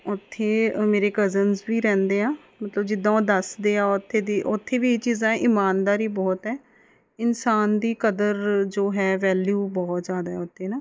ਉੱਥੇ ਮੇਰੇ ਕਜ਼ਨਸ ਵੀ ਰਹਿੰਦੇ ਹੈ ਮਤਲਬ ਜਿੱਦਾਂ ਉਹ ਦੱਸਦੇ ਹੈ ਉੱਥੇ ਦੀ ਉੱਥੇ ਵੀ ਇਹ ਚੀਜ਼ਾਂ ਇਮਾਨਦਾਰੀ ਬਹੁਤ ਹੈ ਇਨਸਾਨ ਦੀ ਕਦਰ ਜੋ ਹੈ ਵੈਲਯੂ ਬਹੁਤ ਜ਼ਿਆਦਾ ਹੈ ਉੱਥੇ ਨਾ